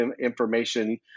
information